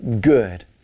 good